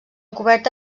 coberta